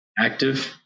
Active